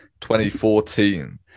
2014